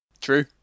true